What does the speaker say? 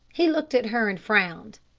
he looked at her and frowned.